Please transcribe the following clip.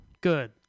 Good